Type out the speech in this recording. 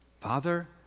Father